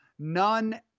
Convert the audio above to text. None